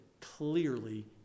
clearly